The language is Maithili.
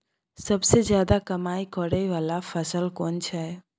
सबसे ज्यादा कमाई करै वाला फसल कोन छै?